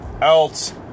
else